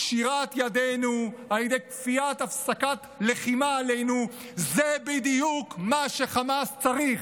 קשירת ידינו על ידי כפיית הפסקת לחימה עלינו זה בדיוק מה שחמאס צריך,